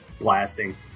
blasting